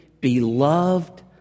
beloved